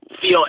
feel